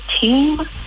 team